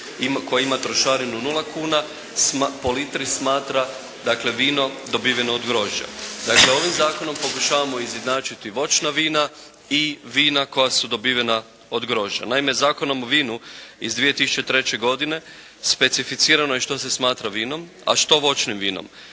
koje ima trošarinu nula kuna po litri, smatra dakle vino dobiveno od grožđa. Dakle, ovim zakonom pokušavamo izjednačiti voćna vina i vina koja su dobivena od grožđa. Naime, Zakonom o vinu iz 2003. godine specificirano je i što se smatra vinom, a što voćnim vinom.